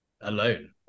alone